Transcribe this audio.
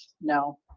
no